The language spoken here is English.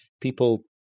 people